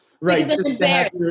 Right